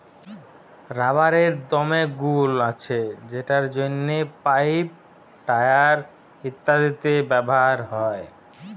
রাবারের দমে গুল্ আছে যেটর জ্যনহে পাইপ, টায়ার ইত্যাদিতে ব্যাভার হ্যয়